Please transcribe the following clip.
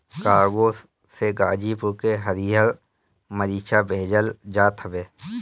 cargo से गाजीपुर के हरिहर मारीचा भेजल जात हवे